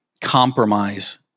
compromise